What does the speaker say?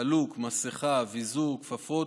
חלוק, מסכה, ויזור, כפפות,